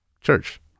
church